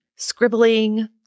scribbling